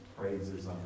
praises